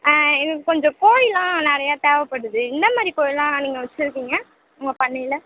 எனக்கு கொஞ்சம் கோழியெலாம் நிறையா தேவைப்படுது எந்த மாதிரி கோழியெலாம் நீங்கள் வச்சுருக்கீங்க உங்கள் பண்ணையில்